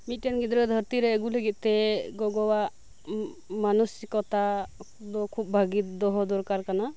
ᱢᱤᱫ ᱴᱮᱱ ᱜᱤᱫᱽᱨᱟᱹ ᱫᱷᱟᱨᱛᱤ ᱨᱮ ᱟᱜᱩ ᱞᱟᱜᱤᱫ ᱛᱮ ᱜᱚᱜᱚᱣᱟᱜ ᱢᱟᱱᱚᱥᱤᱠᱚᱛᱟ ᱫᱚ ᱠᱷᱩᱵᱽ ᱵᱷᱟᱜᱮ ᱫᱚᱦᱚ ᱫᱚᱨᱠᱟᱨ ᱠᱟᱱᱟ